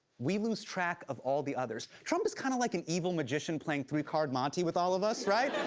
we lose track of all the others. trump is kind of like an evil magician playing three-card monte with all of us, right?